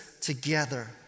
together